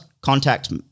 contact